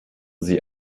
sie